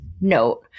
note